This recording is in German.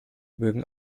mögen